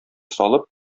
салып